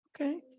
okay